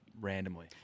Randomly